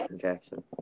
Jackson